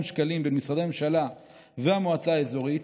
שקלים בין משרדי הממשלה והמועצה האזורית,